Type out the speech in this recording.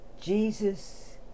Jesus